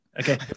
Okay